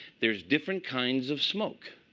there's different kinds of smoke.